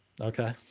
okay